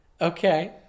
Okay